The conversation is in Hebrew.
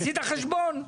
עשית חשבון?